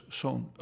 zo'n